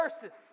verses